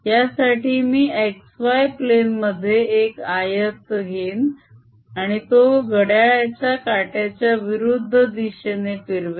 यासाठी मी xy plane मध्ये एक आयात घेईन आणि तो घड्याळाच्या काट्याच्या विरुद्ध दिशेने फिरवेन